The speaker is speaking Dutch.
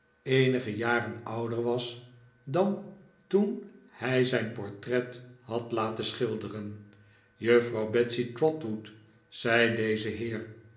eenige jaren ouder was dan toen hij zijn portret had laten schilderen juffrouw betsey trotwood zei deze heer